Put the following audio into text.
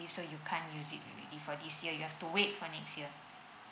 leave so you can't use it already for this year you have to wait for next year